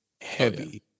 heavy